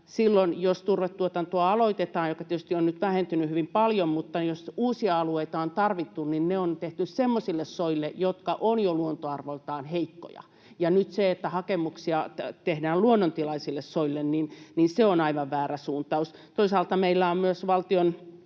silloin, jos turvetuotantoa aloitetaan — joka tietysti on nyt vähentynyt hyvin paljon, mutta jos uusia alueita on tarvittu — niin ne on tehty semmoisille soille, jotka ovat jo luontoarvoiltaan heikkoja. Nyt se, että hakemuksia tehdään luonnontilaisille soille, on aivan väärä suuntaus. Toisaalta meillä on myös valtion